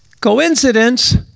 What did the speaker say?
Coincidence